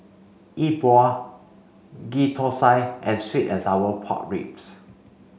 Yi Bua Ghee Thosai and sweet and sour pork ribs